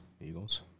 Eagles